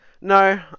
No